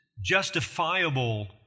justifiable